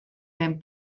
den